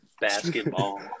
basketball